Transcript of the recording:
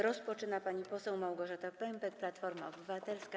Rozpoczyna pani poseł Małgorzata Pępek, Platforma Obywatelska.